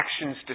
actions